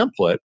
template